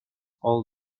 all